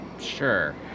Sure